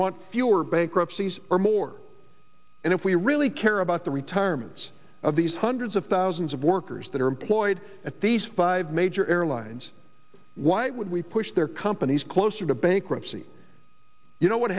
want fewer bankruptcies or more and if we really care about the retirements of these hundreds of thousands of workers that are employed at these five major airlines why would we push their companies closer to bankruptcy you know what